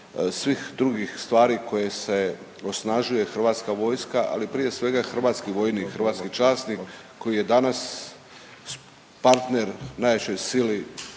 svih drugih stvari koje se osnažuje HV, ali prije svega hrvatski vojnik, hrvatski časnik koji je danas partner najvećoj sili